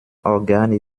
organe